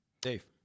Dave